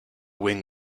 wing